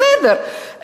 בסדר,